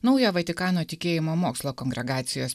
naujo vatikano tikėjimo mokslo kongregacijos